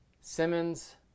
Simmons